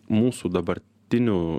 mūsų dabartinių